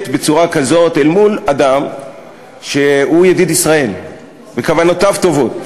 בצורה כזאת אל מול אדם שהוא ידיד ישראל וכוונותיו טובות?